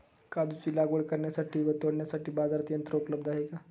काजूची लागवड करण्यासाठी व तोडण्यासाठी बाजारात यंत्र उपलब्ध आहे का?